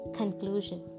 conclusion